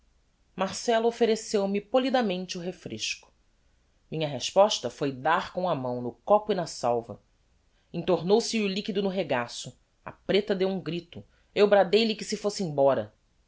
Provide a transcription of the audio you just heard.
contos marcella offereceu me polidamente o refresco minha resposta foi dar com a mão no copo e na salva entornou se lhe o liquido no regaço a preta deu um grito eu bradei lhe que se fosse embora